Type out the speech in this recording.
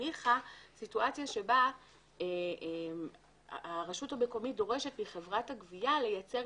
הניחה סיטואציה שבה הרשות המקומית דורשת מחברת הגבייה לייצר